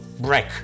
break